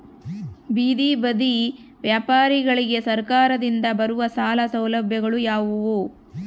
ಬೇದಿ ಬದಿ ವ್ಯಾಪಾರಗಳಿಗೆ ಸರಕಾರದಿಂದ ಬರುವ ಸಾಲ ಸೌಲಭ್ಯಗಳು ಯಾವುವು?